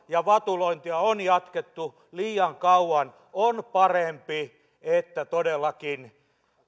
ja vatulointia on jatkettu liian kauan on parempi että todellakin